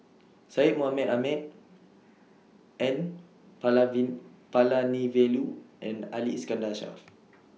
Syed Mohamed Ahmed N Palanivelu and Ali Iskandar Shah